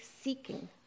seeking